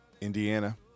Indiana